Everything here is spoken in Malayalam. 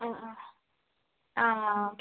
അ ആ ആ ആ ഓക്കെ